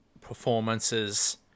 performances